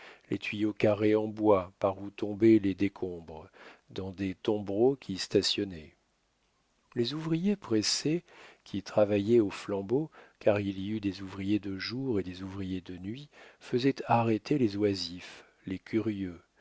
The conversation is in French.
les tuyaux carrés en bois par où tombaient les décombres dans des tombereaux qui stationnaient les ouvriers pressés qui travaillaient aux flambeaux car il y eut des ouvriers de jour et des ouvriers de nuit faisaient arrêter les oisifs les curieux